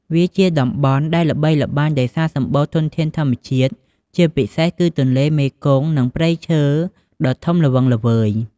វាជាតំបន់ដែលល្បីល្បាញដោយសារសម្បូរធនធានធម្មជាតិ ជាពិសេសគឺទន្លេមេគង្គ និងព្រៃឈើដ៏ធំល្វឹងល្វើយ។